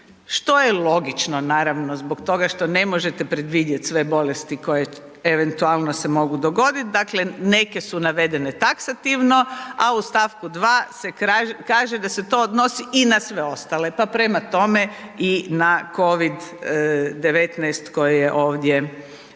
što je logično naravno zbog toga što ne možete predvidjet sve bolesti koje se eventualno mogu dogoditi, dakle neke su navedene taksativno, a u st. 2. se kaže da se to odnosi i na sve ostale, pa prema tome i na COVID-19 koji se ovdje